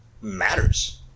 matters